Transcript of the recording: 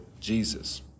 Jesus